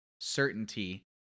certainty